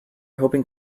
hoping